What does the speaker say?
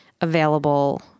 available